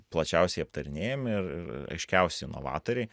plačiausiai aptarinėjami ir aiškiausi inovatoriai